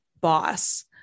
boss